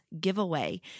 giveaway